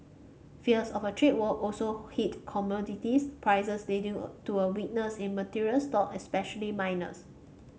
fears of a trade war also hit commodities prices leading to a weakness in materials stock especially miners